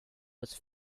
was